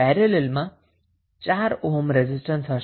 પેરેલલમાં 1 ampere resistance હશે